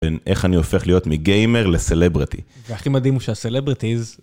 בין איך אני הופך להיות מגיימר לסלברטי. והכי מדהים הוא שהסלברטיז...